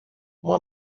uma